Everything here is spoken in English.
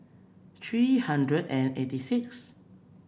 three hundred and eighty sixth